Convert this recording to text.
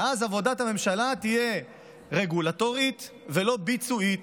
ואז עבודת הממשלה תהיה רגולטורית ולא ביצועית.